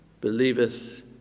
believeth